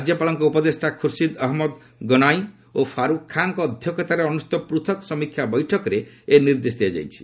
ରାଜ୍ୟପାଳଙ୍କ ଉପଦେଷ୍ଟା ଖୁର୍ସିଦ ଅହଜ୍ଞଦ ଗନାୟୀ ଓ ଫାରୁଖ୍ ଖାଁ ଙ୍କ ଅଧ୍ୟକ୍ଷତାରେ ଅନୁଷ୍ଠିତ ପୃଥକ୍ ସମୀକ୍ଷା ବୈଠକରେ ଏହି ନିର୍ଦ୍ଦେଶ ଦିଆଯାଇଛି